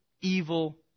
evil